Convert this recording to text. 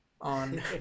on